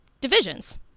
divisions